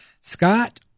Scott